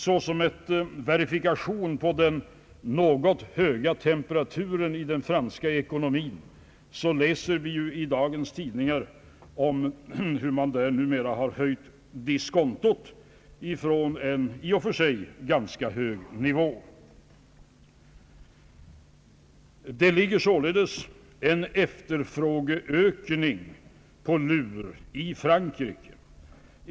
Såsom verifikation på den något höga temperaturen i den franska ekonomin läser vi i dagens tidningar om hur man där numera har höjt diskontot ifrån en i och för sig ganska hög nivå. Det ligger således en efterfrågeökning på lur i Frankrike.